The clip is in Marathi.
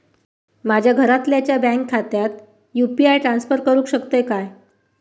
माझ्या घरातल्याच्या बँक खात्यात यू.पी.आय ट्रान्स्फर करुक शकतय काय?